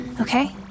okay